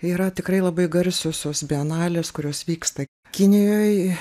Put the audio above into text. yra tikrai labai garsiosios bienalės kurios vyksta kinijoj